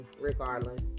regardless